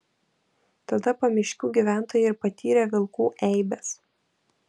tada pamiškių gyventojai ir patyrė vilkų eibes